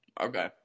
Okay